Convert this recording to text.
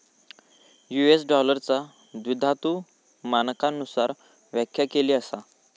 US डॉलरचा द्विधातु मानकांनुसार व्याख्या केली असा